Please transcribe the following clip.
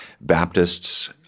Baptists